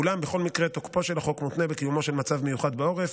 אולם בכל מקרה תוקפו של החוק מותנה בקיומו של מצב מיוחד בעורף.